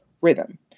rhythm